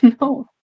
no